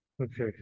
Okay